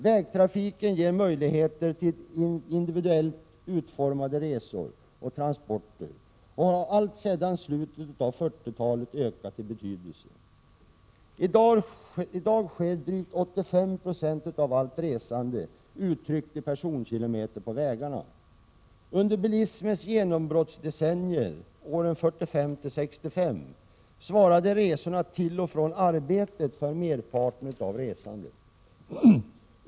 Vägtrafiken ger möjligheter till individuellt utformade resor och transporter och har alltsedan slutet av 1940-talet ökat i betydelse. I dag sker drygt 85 96 av allt resande, uttryckt i personkilometer, på vägarna. Under bilismens genombrottsdecennier, åren 1945-1965, svarade resorna till och från arbetet för merparten av resandet.